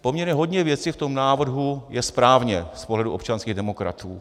Poměrně hodně věcí v tom návrhu je správně z pohledu občanských demokratů.